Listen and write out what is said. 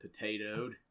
potatoed